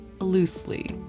loosely